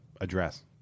address